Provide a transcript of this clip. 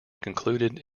concluded